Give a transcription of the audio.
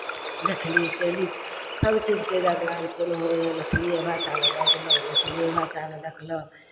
देखली कयली सभ चीजके होइ हइ मैथिलिए भाषामे बजलहुँ मैथिलिए भाषामे देखलहुँ